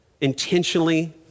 intentionally